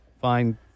fine